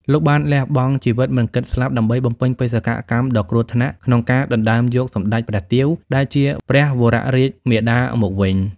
លោកបានលះបង់ជីវិតមិនគិតស្លាប់ដើម្បីបំពេញបេសកកម្មដ៏គ្រោះថ្នាក់ក្នុងការដណ្តើមយកសម្តេចព្រះទាវ ដែលជាព្រះវររាជមាតាមកវិញ។